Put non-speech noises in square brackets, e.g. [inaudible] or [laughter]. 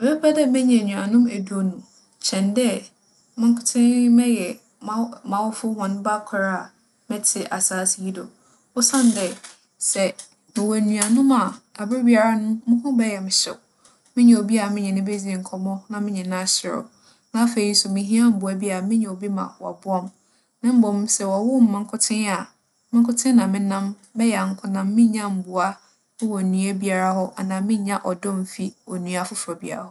[noise] Nkyɛ mebɛpɛ dɛ mɛtsena kurow kɛse mu kyɛn dɛ mɛtsena kurobaa mu. Osiandɛ wͻ kurow kɛse mu no, ndwuma beberee wͻ hͻ a, ihia bi a ibotum ayɛ. Afei nyimpa beberee wͻ hͻ a ibotum nye hͻn edzi nkitaho. Na mbom kurow kakraba mu no, sɛ etse na erobͻ wo bra, ͻnam dɛ no mu mba nndͻͻso no ntsi, abrabͻ a ebͻbͻ biara no, obiara n'enyi taa mu. Iridzi yie a obiara n'enyi taa mu. Sɛ woho rekyer wo so a obiara hu. Mennkɛpɛ dɛm.